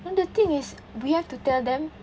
then the thing is we have to tell them